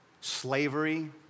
slavery